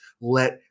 let